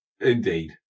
Indeed